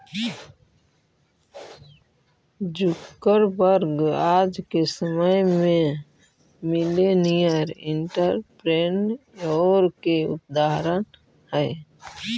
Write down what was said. Zuckerberg आज के समय में मिलेनियर एंटरप्रेन्योर के उदाहरण हई